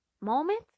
moment